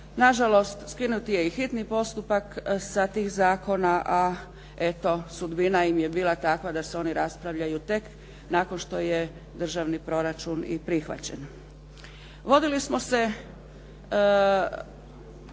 Na žalost skinut je i hitni postupak sa tih zakona, a eto sudbina im je bila takva da se oni raspravljaju tek nakon što je državni proračun i prihvaćen. Vodili smo se